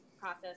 process